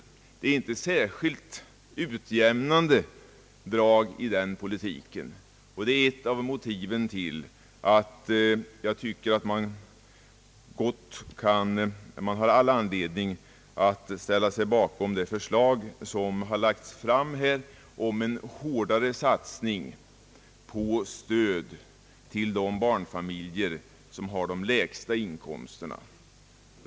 Det är inte ett särskilt drag av utjämnande i den politiken. Detta är också ett av motiven till att man har all anledning att ställa sig bakom det förslag som har lagts fram om en hårdare satsning och stöd till de barnfamiljer som har de lägsta inkomsterna.